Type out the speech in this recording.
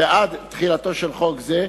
ועד תחילתו של חוק זה,